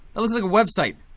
that looks like a website.